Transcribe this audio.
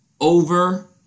over